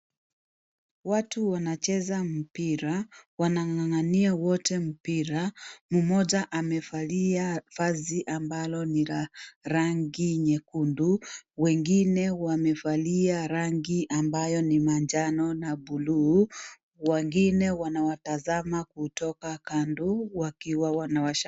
Watu wanacheza mpira waang'an'gania wote mpira, mmoja amevalia vazi ambalo ni ya rangi nyekundu ,wengine wamevalia rangi ambayo ni manjano na buluu. Wengine wanawatazama kutoka kando wakiwa wanawasha.